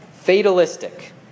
Fatalistic